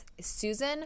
Susan